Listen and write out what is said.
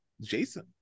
jason